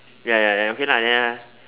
ya ya ya then okay lah ya lah